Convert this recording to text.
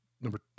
Number